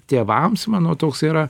tėvams mano toks yra